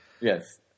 Yes